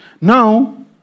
Now